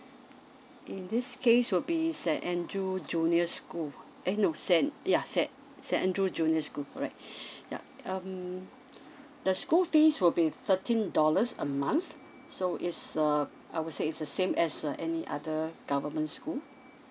in this case will be saint andrew junior school eh no saint ya saint saint andrew junior school alright yup um the school fees will be thirteen dollars a month so it's uh I would say it's the same as uh any other government school